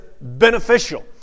beneficial